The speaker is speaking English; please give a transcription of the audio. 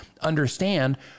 understand